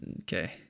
Okay